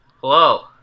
Hello